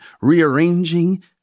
rearranging